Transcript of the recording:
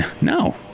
no